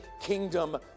kingdom